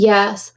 Yes